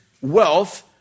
wealth